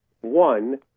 one